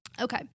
Okay